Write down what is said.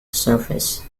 surface